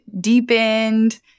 deepened